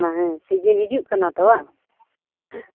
ᱠᱟᱱᱟ ᱦᱮᱸ ᱥᱤᱡᱤᱱ ᱦᱤᱡᱩᱜ ᱠᱟᱱᱟ ᱛᱚ ᱵᱟᱝ